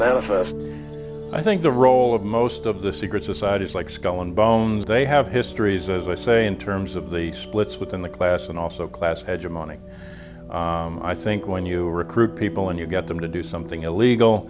manifest i think the role of most of the secret societies like skull and bones they have histories as i say in terms of the splits within the class and also class had to monica i think when you recruit people and you get them to do something illegal